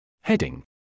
Heading